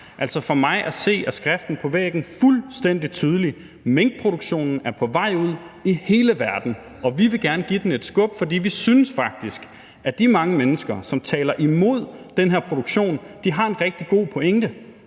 land? For mig at se er skriften på væggen fuldstændig tydelig: Minkproduktionen er på vej ud i hele verden. Og vi vil gerne give den et skub, for vi synes faktisk, at de mange mennesker, som taler imod den her produktion, har en rigtig god pointe.